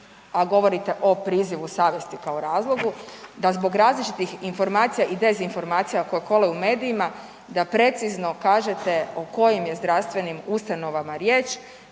a govorite o prizivu savjesti kao razlogu, da zbog različitih informacija i dezinformacija koje kolaju u medijima, da precizno kažete o kojim je zdravstvenim ustanovama riječ,